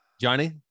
Johnny